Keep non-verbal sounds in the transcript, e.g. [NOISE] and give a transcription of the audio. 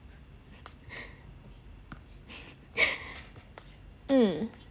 [BREATH] mm